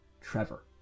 Trevor